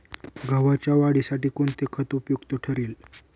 गव्हाच्या वाढीसाठी कोणते खत उपयुक्त ठरेल?